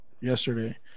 Yesterday